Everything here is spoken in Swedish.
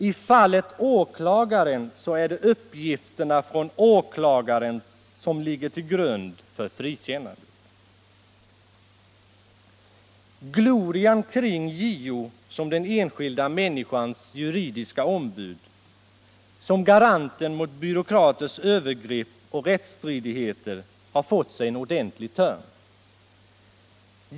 I fallet åklagaren är det uppgifterna från åklagaren som ligger till grund för frikännandet. Glorian kring JO som den enskilda människans enskilda ombud, som garanten mot byråkraters övergrepp och rättsstridigheter, har fått sig en ordentlig törn.